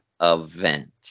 event